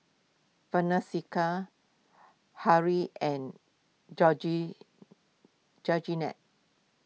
Francesca hurry and George George net